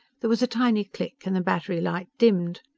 there was a tiny click, and the battery light dimmed.